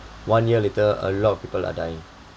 one year later a lot of people are dying